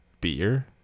Beer